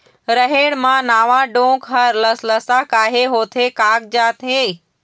रहेड़ म नावा डोंक हर लसलसा काहे होथे कागजात हे?